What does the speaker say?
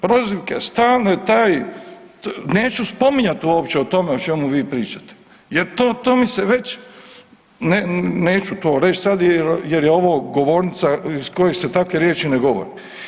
Prozivke, stalno taj neću spominjat uopće o tome o čemu vi pričate jer to mi se već neću to reći sad jer je ovo govornica iz koje se takve riječi ne govore.